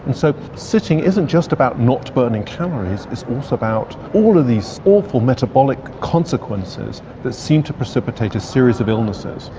and so sitting isn't just about not burning calories, it's also about all of these awful metabolic consequences that seem to precipitate a series of illnesses.